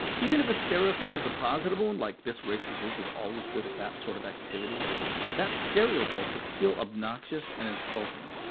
even if a stereotype is a positive one like this racial group is always good at that sort of activity that stereotype is still obnoxious and insulting.